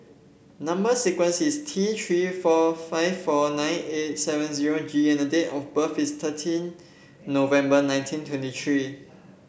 number sequence is T Three four five four nine eight seven zero G and date of birth is thirteen November nineteen twenty three